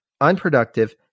unproductive